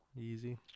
Easy